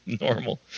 normal